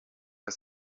ist